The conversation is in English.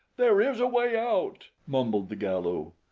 there is a way out! mumbled the galu.